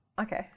Okay